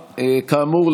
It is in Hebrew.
כאמור,